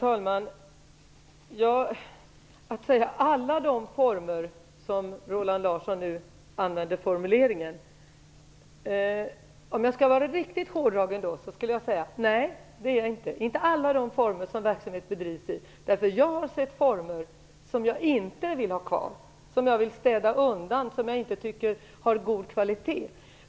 Herr talman! Roland Larsson använde formuleringen "alla de former". Om jag skulle vara riktigt ärlig skulle jag säga: Nej, det är jag inte, inte alla de former som verksamhet bedrivs i. Jag har sett former som jag inte vill ha kvar, som jag vill städa undan och som jag inte tycker har god kvalitet.